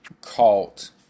cult